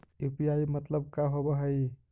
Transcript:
UPI मतलब का होब हइ?